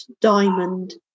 diamond